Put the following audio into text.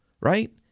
right